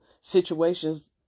situations